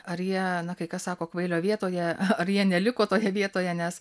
ar jie na kai kas sako kvailio vietoje ar jie neliko toje vietoje nes